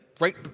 right